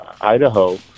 Idaho